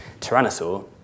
Tyrannosaur